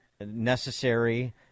necessary